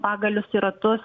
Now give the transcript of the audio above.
pagalius į ratus